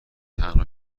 تنها